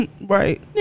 Right